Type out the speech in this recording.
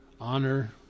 honor